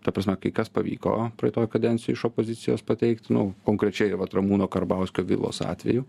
ta prasme kai kas pavyko praeitoj kadencijoj iš opozicijos pateikt nu konkrečiai vat ramūno karbauskio vilos atveju